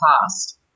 past